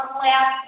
last